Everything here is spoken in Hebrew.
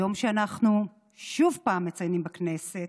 היום שבו אנחנו שוב מציינים בכנסת,